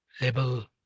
label